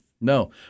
no